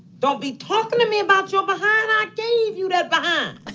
don't be talking to me about your behind. i gave you that behind